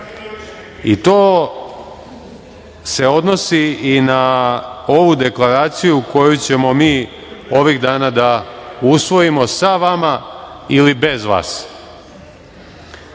i to se odnosi i na ovu deklaraciju koju ćemo mi ovih dana da usvojimo sa vama ili bez